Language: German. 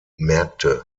märkte